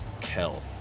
Kel